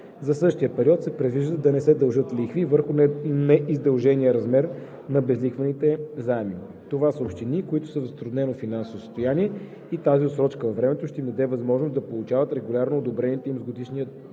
За същия период се предвижда да не се дължат лихви върху неиздължения размер на безлихвените заеми. Това са общини, които са в затруднено финансово състояние, и тази отсрочка във времето ще им даде възможност да получават регулярно одобрените им с Годишния